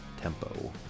tempo